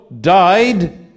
died